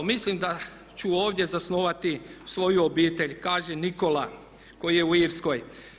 Mislim da ću ovdje zasnovati svoju obitelj." kaže Nikola koji je u Irskoj.